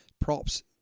props